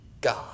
God